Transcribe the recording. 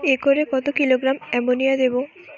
একরে কত kilogram ammonia দেবো?